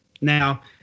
Now